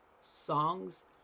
songs